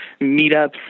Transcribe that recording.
meetups